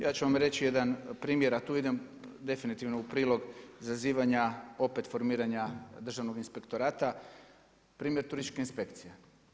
Ja ću vam reći jedan primjer, a tu idem definitivno u prilog zazivanja opet formiranja državnog inspektorata, primjer turističke inspekcije.